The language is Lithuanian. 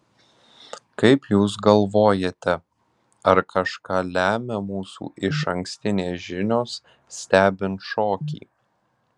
kaip jūs galvojate ar kažką lemia mūsų išankstinės žinios stebint šokį